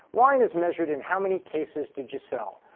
wine is measured in how many cases did you sell.